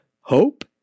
hope